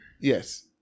Yes